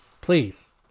Please